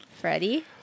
Freddie